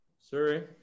Sorry